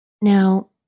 Now